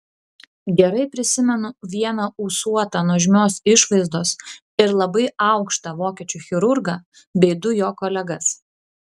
gerai prisimenu vieną ūsuotą nuožmios išvaizdos ir labai aukštą vokiečių chirurgą bei du jo kolegas